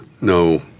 no